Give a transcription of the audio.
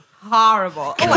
horrible